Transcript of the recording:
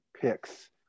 picks